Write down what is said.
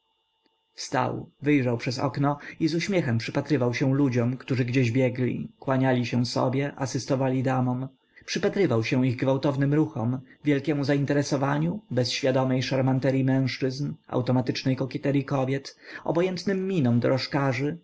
wstał wyjrzał przez okno i z uśmiechem przypatrywał się ludziom którzy gdzieś biegli kłaniali się sobie asystowali damom przypatrywał się ich gwałtownym ruchom wielkiemu zainteresowaniu bezświadomej szarmanteryi mężczyzn automatycznej kokieteryi kobiet obojętnym minom dorożkarzy